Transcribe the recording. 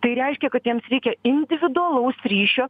tai reiškia kad jiems reikia individualaus ryšio